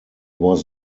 was